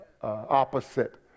opposite